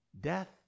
Death